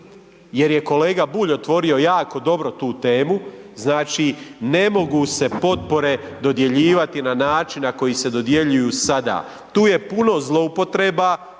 jer je kolega Bulj otvorio jako dobro tu temu. Znači ne mogu se potpore dodjeljivati na način na koji se dodjeljuju sada. Tu je puno zloupotreba,